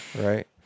right